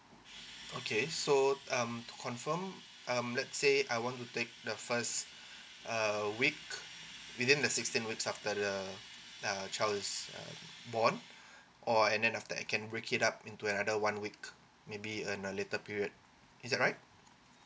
okay so um confirm um let's say I want to take the first uh week within the sixteen weeks after the uh the child is born or and then after that I can break it up into another one week maybe on a later period is that right